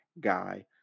guy